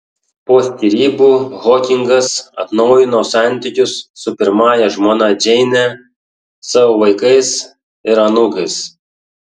po skyrybų hokingas atnaujino santykius su pirmąja žmona džeine savo vaikais ir anūkais